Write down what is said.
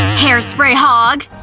hairspray hog.